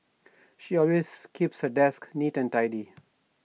she always keeps her desk neat and tidy